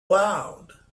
loud